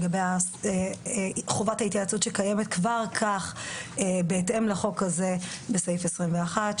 לגבי חובת ההתייעצות שקיימת כבר כך בהתאם לחוק הזה בסעיף 21א,